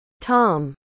Tom